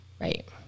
Right